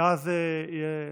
ואז יהיה לך.